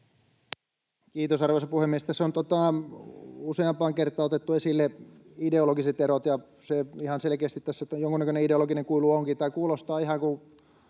Kiitos, arvoisa puhemies! Tässä on useampaan kertaan otettu esille ideologiset erot, ja se ihan selkeästi tässä on, että jonkunnäköinen ideologinen kuilu onkin. Tämä kuulostaa ihan kuin